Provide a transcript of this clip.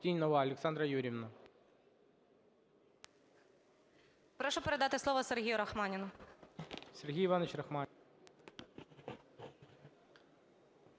Прошу передати слово Сергію Рахманіну.